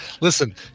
Listen